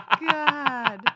god